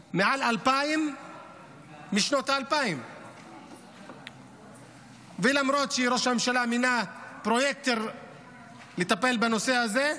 מ-2,000 משנת 2000. למרות שראש הממשלה מינה פרויקטור לטפל בנושא הזה,